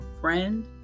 friend